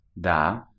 Da